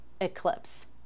eclipse